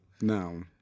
no